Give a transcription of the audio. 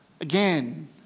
Again